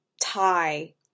tie